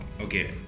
okay